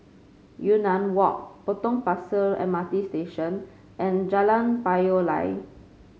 Yunnan Walk Potong Pasir M R T Station and Jalan Payoh Lai